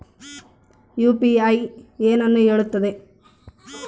UPI ಏನನ್ನು ಹೇಳುತ್ತದೆ?